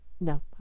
No